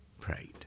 prayed